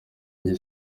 njye